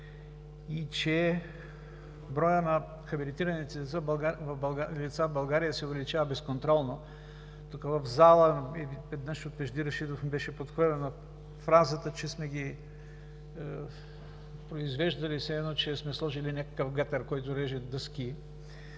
и че броят на хабилитираните лица в България се увеличава безконтролно. Тук в залата веднъж от Вежди Рашидов ми беше подхвърлена фразата, че сме ги произвеждали – все едно че сме сложили някакъв гатер, който реже дъски,